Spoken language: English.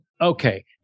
okay